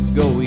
go